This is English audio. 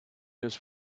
his